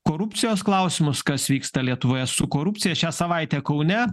korupcijos klausimus kas vyksta lietuvoje su korupcija šią savaitę kaune